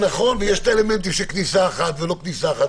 נכון, ויש אלמנטים של כניסה אחת ולא כניסה אחת.